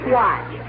watch